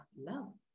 love